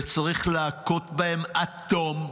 וצריך להכות בהם עד תום.